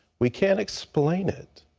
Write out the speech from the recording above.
we can't explain it.